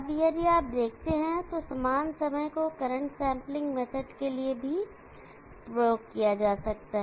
अब यदि आप देखते हैं तो समान समय को करंट सैंपलिंग मेथड के लिए भी प्रयोग किया जा सकता है